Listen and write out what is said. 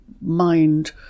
mind